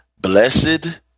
blessed